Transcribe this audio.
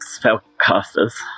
spellcasters